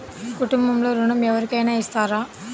కుటుంబంలో ఋణం ఎవరికైనా ఇస్తారా?